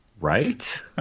right